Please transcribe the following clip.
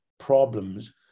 problems